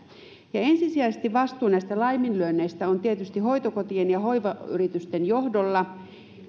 ensisijaisesti vastuu näistä laiminlyönneistä on tietysti hoitokotien ja hoivayritysten johdolla